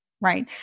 right